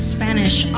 Spanish